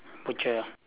butcher